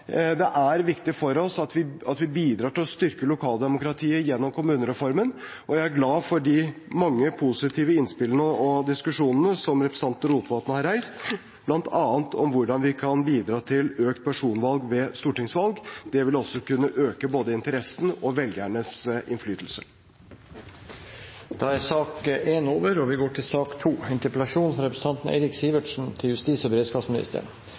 Det er viktig for oss at vi bidrar til å styrke lokaldemokratiet gjennom kommunereformen, og jeg er glad for de mange positive innspillene og diskusjonene som representanten Rotevatn har reist, bl.a. om hvordan vi kan bidra til økt personvalg ved stortingsvalg. Det vil også kunne øke både interessen og velgernes innflytelse. Da er sak nr. 1 avsluttet. 51 millioner mennesker på flukt: Det er et historisk høyt tall, og det er først og fremst borgerkrigen i Syria som har bidratt til